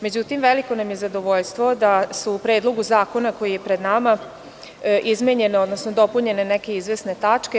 Međutim, veliko nam je zadovoljstvo da su u Predlogu zakona koji je pred nama izmenjene, odnosno dopunjene neke izvesne tačke.